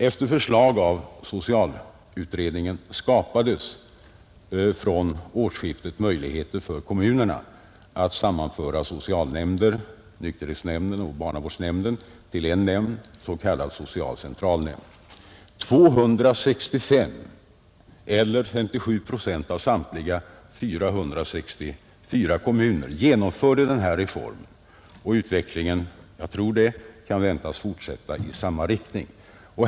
Efter förslag av socialutredningen skapades från årsskiftet möjligheter för kommunerna att sammanföra socialnämnden, nykterhetsnämnden och barnavårdsnämnden till en nämnd, s.k. social centralnämnd. 265 eller 57 procent av samtliga 464 kommuner genomförde den här reformen, och utvecklingen kan, tror jag, väntas fortsätta i samma riktning.